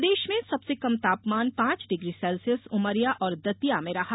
प्रदेश में सबसे कम तापमान पांच डिग्री सेल्सियस उमरिया और दतिया में रहा